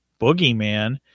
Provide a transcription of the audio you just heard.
boogeyman